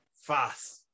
fast